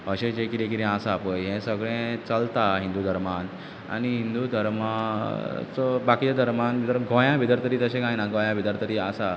अशें जें कितें कितें आसा पय हें सगळें चलता हिंदू धर्मान आनी हिंदू धर्माचो बाकी धर्मान जर गोंयांन भितर तरी तशें कांय ना गोंया भितर तरी आसा